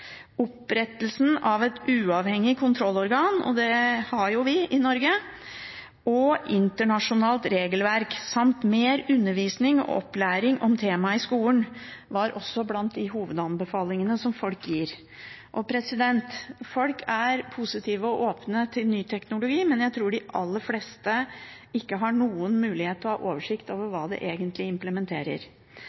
Opprettelsen av et uavhengig kontrollorgan – det har jo vi i Norge – og internasjonalt regelverk samt mer undervisning og opplæring om temaet i skolen var også blant de hovedanbefalingene som folk gir. Folk er positive og åpne til ny teknologi, men jeg tror de aller fleste ikke har noen mulighet til å ha oversikt over hva det egentlig